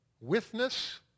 Witness